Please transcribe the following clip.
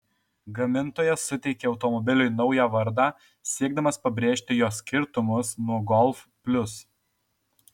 gamintojas suteikė automobiliui naują vardą siekdamas pabrėžti jo skirtumus nuo golf plius